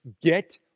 Get